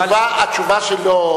התשובה שלו,